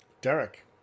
Derek